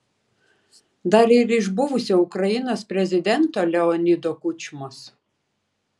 dar ir iš buvusio ukrainos prezidento leonido kučmos